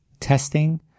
testing